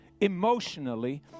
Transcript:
emotionally